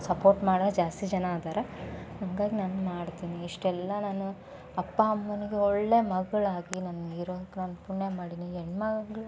support ಮಾಡವ್ರು ಜಾಸ್ತಿ ಜನ ಅದಾರ ಹಂಗಾಗಿ ನಾನು ಮಾಡ್ತೀನಿ ಇಷ್ಟೆಲ್ಲ ನಾನು ಅಪ್ಪ ಅಮ್ಮನಿಗೆ ಒಳ್ಳೆಯ ಮಗಳಾಗಿ ನಾನು ಇರೋಕ್ಕೆ ನಾನು ಪುಣ್ಯ ಮಾಡಿದ್ದೀನಿ ಹೆಣ್ಮಗ್ಳ್